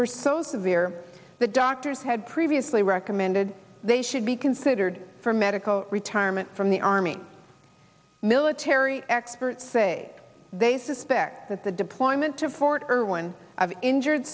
were so severe that doctors had previously recommended they should be considered for medical retirement from the army military experts say they suspect that the deployment to fort irwin of injured